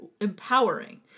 empowering